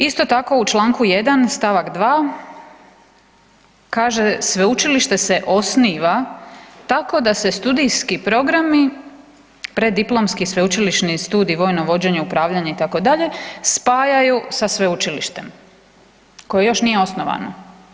Isto tako u Članku 1. stavak 2. kaže sveučilište se osniva tako da se studijski programi preddiplomski sveučilišni studij vojno vođenje, upravljanje itd., spajaju sa sveučilištem koje još nije osnovano.